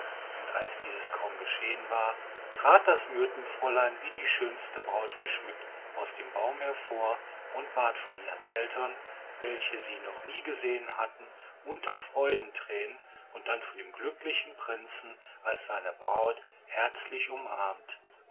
und als dies kaum geschehen war trat das myrtenfräulein wie die schönste braut geschmückt aus dem baum hervor und ward von ihren eltern welche sie noch nie gesehen hatten unter freudentränen und dann von dem glücklichen prinzen als seine braut herzlich umarmt